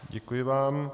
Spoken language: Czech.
Děkuji vám.